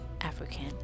African